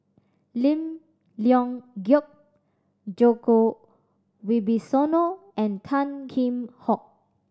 Lim Leong Geok Djoko Wibisono and Tan Kheam Hock